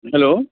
hello